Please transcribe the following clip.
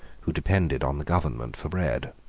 who depended on the government for bread.